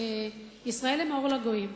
ישראל הם אור לגויים.